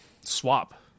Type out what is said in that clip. swap